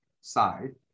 side